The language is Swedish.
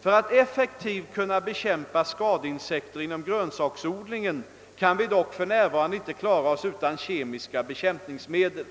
För att effektivt kunna bekämpa skadeinsekter inom grönsaksodlingen kan vi dock för närvarande inte klara oss utan kemiska bekämpningsmedel.